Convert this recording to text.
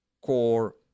core